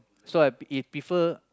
so I perfer I prefer